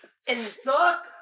Suck